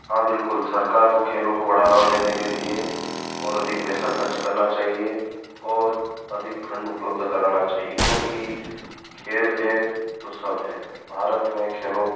हाँ बिलकुल सरकार को खेलों को बढ़ावा देने के लिए और अधिक पैसा खर्च करना चाहिए और अधिक फंड उपलब्ध कराना चाहिए क्योंकि खेल है तो सब है भारत में खेलों के